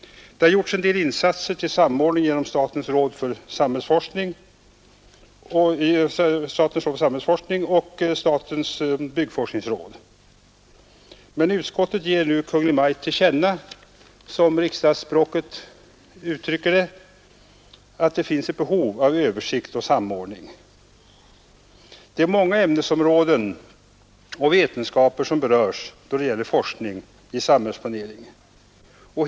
Det har gjorts en del insatser till samordning av statens råd för samhällsforskning och statens byggnadsforskningsråd. Men utskottet föreslår nu att riksdagen ger Kungl. Maj:t till känna, som riksdagsspråket uttrycker det, att det finns ett behov av översikt och samordning. Det är många ämnesområden och vetenskaper som berörs när det gäller forskning i samhällsplaneringen.